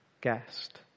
guest